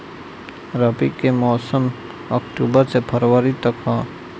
रबी के मौसम अक्टूबर से फ़रवरी तक ह